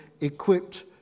equipped